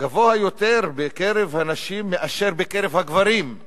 גבוה יותר בקרב הנשים מאשר בקרב הגברים,